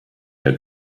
der